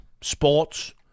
Sports